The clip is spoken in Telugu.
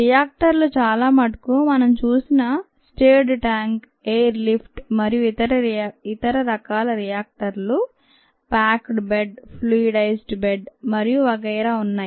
రియాక్టర్లు చాలామటుకు మనం చూసిన స్టిర్డ్ ట్యాంక్ ఎయిర్ లిఫ్ట్ మరియు ఇతర రకాల రియాక్టర్లు ప్యాక్డ్ బెడ్ ఫ్లూయిడైజ్డ్ బెడ్ మరియు వగైరా ఉంటాయి